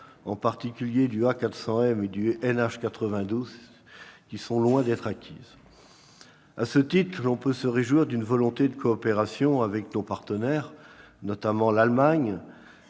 en particulier du A400M et du NH90, qui sont loin d'être acquises. À ce titre, si l'on peut se réjouir d'une volonté de coopération avec nos partenaires, notamment l'Allemagne,